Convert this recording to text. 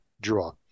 draw